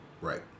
Right